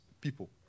people